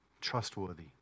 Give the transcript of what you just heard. trustworthy